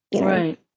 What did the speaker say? Right